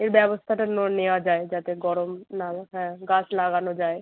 এর ব্যবস্থাটা নো নেওয়া যায় যাতে গরম না হ্যাঁ গাছ লাগানো যায়